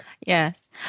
Yes